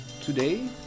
Today